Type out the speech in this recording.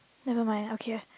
never mind okay lah